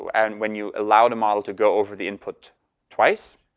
and when you allow the model to go over the input twice.